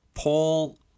Paul